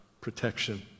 protection